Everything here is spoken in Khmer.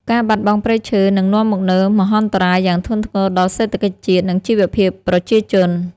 ការបាត់បង់ព្រៃឈើនឹងនាំមកនូវមហន្តរាយយ៉ាងធ្ងន់ធ្ងរដល់សេដ្ឋកិច្ចជាតិ និងជីវភាពប្រជាជន។